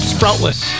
Sproutless